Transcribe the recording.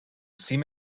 cim